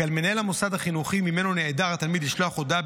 כי על מנהל המוסד החינוכי שממנו נעדר התלמיד לשלוח הודעה